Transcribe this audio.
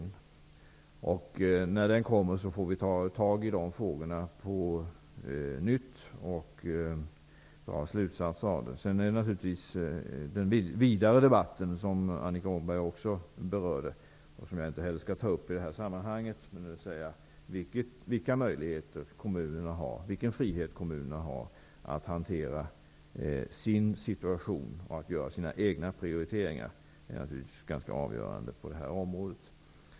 När den utredningen kommer får vi ta tag i de frågorna på nytt och dra slutsatser av den. Det förs också en vidare debatt, som Annika Åhnberg berörde och som jag inte skall ta upp i det här sammanhanget, om vilka möjligheter och vilken frihet kommunerna har att hantera sin situation och att göra sina egna prioriteringar. Det är naturligtvis ganska avgörande på det här området.